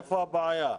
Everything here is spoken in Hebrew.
איפה הבעיה?